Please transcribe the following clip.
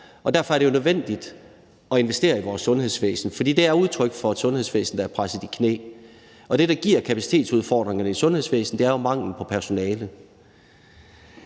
derfor er det nødvendigt at investere i vores sundhedsvæsen, for det er udtryk for et sundhedsvæsen, der er presset i knæ. Og det, der giver kapacitetsudfordringerne i sundhedsvæsenet, er jo manglen på personale.